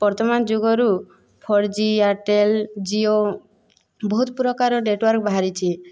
ବର୍ତ୍ତମାନ ଯୁଗରୁ four G Airtel Jio ବହୁତ ପ୍ରକାରର ନେଟୱାର୍କ ବାହାରିଛି